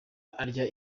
arya